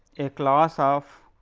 a class of